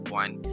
one